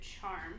charm